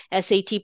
SAT